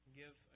give